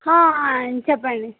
చెప్పండి